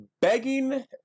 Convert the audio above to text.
begging